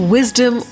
Wisdom